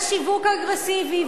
יש שיווק אגרסיבי,